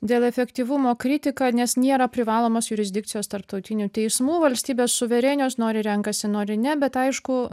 dėl efektyvumo kritika nes nėra privalomas jurisdikcijos tarptautinių teismų valstybės suverenios nori renkasi nori ne bet aišku